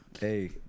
Hey